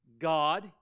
God